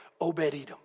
Obed-Edom